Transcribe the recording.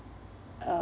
uh